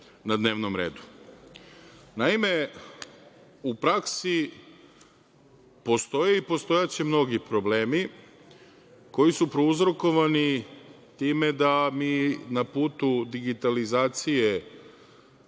redu. Naime, u praksi postoji i postojaće mnogi problemi koji su prouzrokovani time da mi na putu digitalizacije